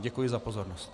Děkuji za pozornost.